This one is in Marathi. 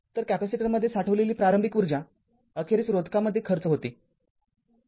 तर कॅपेसिटरमध्ये साठवलेली प्रारंभिक ऊर्जा अखेरीस रोधकामध्ये खर्च होते